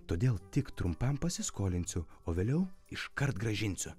todėl tik trumpam pasiskolinsiu o vėliau iškart grąžinsiu